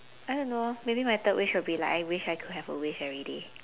I don't know maybe my third wish would be like I wish I could have a wish everyday